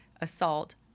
assault